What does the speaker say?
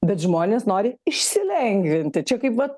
bet žmonės nori išsilengvinti čia kaip vat